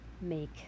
make